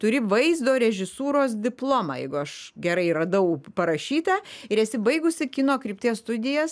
turi vaizdo režisūros diplomą jeigu aš gerai radau parašyta ir esi baigusi kino krypties studijas